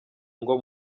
ngo